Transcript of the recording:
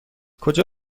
کجا